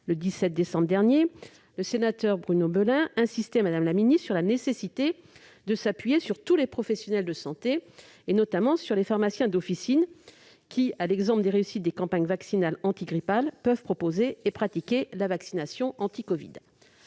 le 17 décembre dernier, Bruno Belin insistait sur la nécessité de s'appuyer sur tous les professionnels de santé, notamment les pharmaciens d'officine, qui, à l'exemple des réussites des campagnes vaccinales antigrippales, peuvent proposer et pratiquer la vaccination anti-covid.